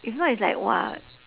if not it's like !wah!